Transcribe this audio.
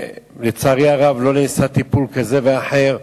ולצערי הרב לא נעשה טיפול כזה ואחר,